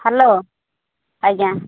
hello ଆଜ୍ଞା